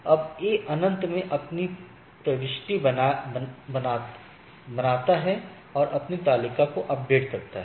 अब A अनंत में अपनी प्रविष्टि बनाता है और अपनी तालिका को अपडेट करता है